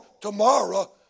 Tomorrow